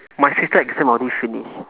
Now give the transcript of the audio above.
my sister exam already finish